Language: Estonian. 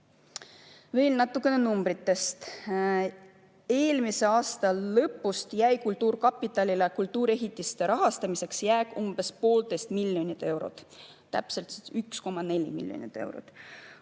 Veel natukene numbritest. Eelmise aasta lõpus jäi kultuurkapitalile kultuuriehitiste rahastamiseks jääk umbes poolteist miljonit eurot, täpsemalt 1,4 miljonit eurot.